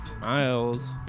Miles